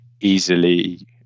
easily